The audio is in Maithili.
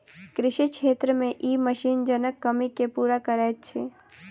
कृषि क्षेत्र मे ई मशीन जनक कमी के पूरा करैत छै